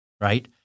right